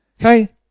Okay